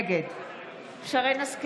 נגד שרן מרים השכל,